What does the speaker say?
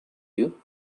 you